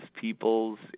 people's